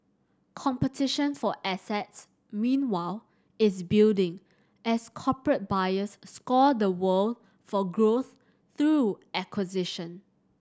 competition for assets meanwhile is building as corporate buyers scour the world for growth through acquisition